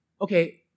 okay